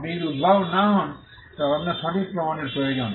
আপনি যদি উদ্ভাবক না হন তবে আপনার সঠিক প্রমাণের প্রয়োজন